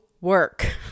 work